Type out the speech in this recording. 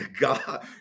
God